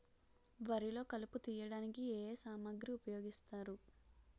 వరిలో కలుపు తియ్యడానికి ఏ ఏ సామాగ్రి ఉపయోగిస్తారు?